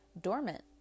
dormant